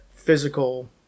Physical